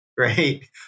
Right